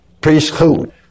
priesthood